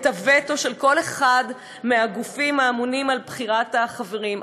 הווטו של כל אחד מהגופים האמונים על בחירת החברים.